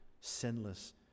sinless